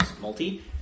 multi